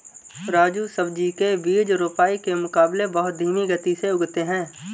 राजू सब्जी के बीज रोपाई के मुकाबले बहुत धीमी गति से उगते हैं